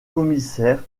commissaire